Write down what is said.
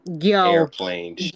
airplane